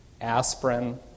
aspirin